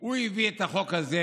הוא הביא את החוק הזה